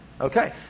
Okay